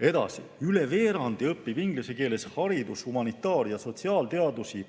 Edasi, üle veerandi õpib inglise keeles haridus‑, humanitaar‑ ja sotsiaalteadusi,